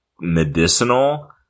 medicinal